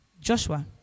Joshua